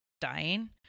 dying